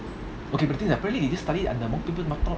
okay but the thing is apparently you just study அந்தபத்திரம்:andha pathiram